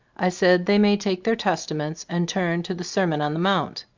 i said they might take their testaments and turn to the sermon on the mount.